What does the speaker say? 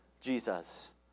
Jesus